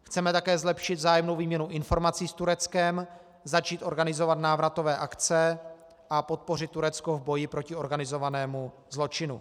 Chceme také zlepšit vzájemnou výměnu informací s Tureckem, začít organizovat návratové akce a podpořit Turecko v boji proti organizovanému zločinu.